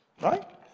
Right